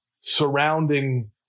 surrounding